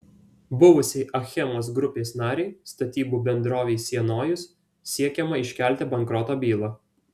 buvusiai achemos grupės narei statybų bendrovei sienojus siekiama iškelti bankroto bylą